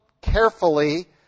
carefully